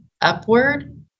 upward